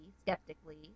skeptically